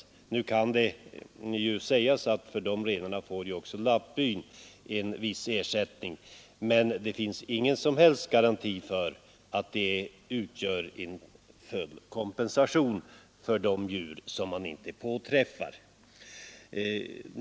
Nu kan det sägas att också lappbyn får en viss ersättning, men det finns ingen som helst garanti för att den utgör full kompensation för de djur som inte påträffas.